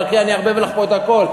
חכי, אני אערבב לך פה את הכול.